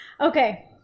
Okay